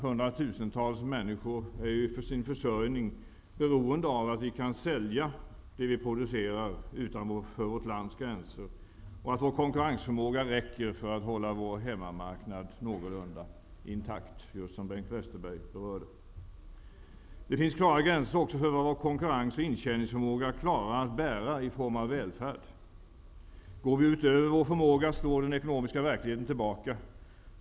Hundratusentals människor är ju för sin försörjning beroende av att vi kan sälja det som vi producerar utanför vårt lands gränser och av att vår konkurrensförmåga räcker för att hålla vår hemmamarknad någorlunda intakt — just det som Bengt Westerberg berörde. Det finns klara gränser också för vad vår konkurrens och intjäningsförmåga klarar att bära i form av välfärd. Går vi utöver vår förmåga, slår den ekonomiska verkligheten tillbaka.